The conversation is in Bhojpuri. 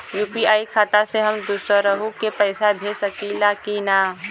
यू.पी.आई खाता से हम दुसरहु के पैसा भेज सकीला की ना?